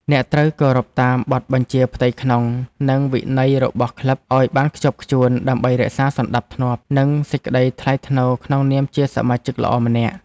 អ្នកត្រូវគោរពតាមបទបញ្ជាផ្ទៃក្នុង និងវិន័យរបស់ក្លឹបឱ្យបានខ្ជាប់ខ្ជួន ដើម្បីរក្សាសណ្ដាប់ធ្នាប់ និងសេចក្ដីថ្លៃថ្នូរក្នុងនាមជាសមាជិកល្អម្នាក់។